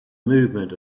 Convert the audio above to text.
movement